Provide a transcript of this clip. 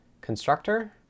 constructor